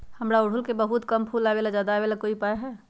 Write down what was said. हमारा ओरहुल में बहुत कम फूल आवेला ज्यादा वाले के कोइ उपाय हैं?